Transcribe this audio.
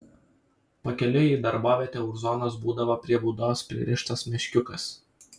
pakeliui į darbovietę už zonos būdavo prie būdos pririštas meškiukas